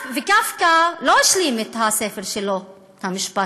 וקפקא לא השלים את הספר שלו, את "המשפט".